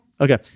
Okay